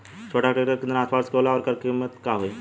छोटा ट्रेक्टर केतने हॉर्सपावर के होला और ओकर कीमत का होई?